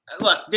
Look